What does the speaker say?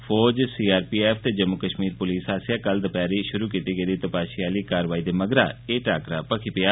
फौज सीआरपीएफ ते जम्मू कश्मीर पुलस आस्सेआ कल दपैह्री शुरू कीती गेदी तपाशी आह्ली कार्यवाई दे मगरा एह् टाक्करा भखी पेआ